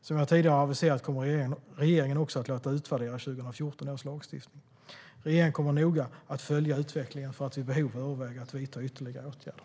Som jag tidigare har aviserat kommer regeringen också att låta utvärdera 2014 års lagstiftning. Regeringen kommer att noga följa utvecklingen för att vid behov överväga att vidta ytterligare åtgärder.